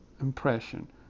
impression